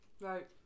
Right